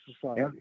society